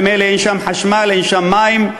ממילא אין שם חשמל ואין שם מים.